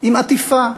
עם עטיפה,